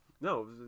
No